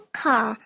car